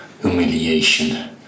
humiliation